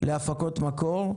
להפקות מקור,